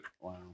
Wow